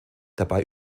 dabei